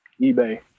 eBay